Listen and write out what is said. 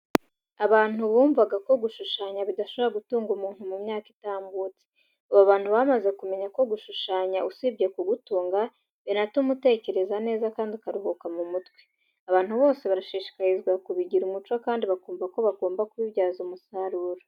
Abantu bumvaga ko gushushanya bidashobora gutunga umuntu mu myaka itambutse. Ubu abantu bamaze kumenya ko gushushanya usibye kugutunga, binatuma utekereza neza kandi ukaruhuka mu mutwe. Abantu bose barashishikarizwa kubigira umuco kandi bakumva ko bagomba kubibyaza umusaruro.